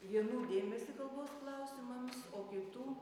vienų dėmesį kalbos klausimams o kitų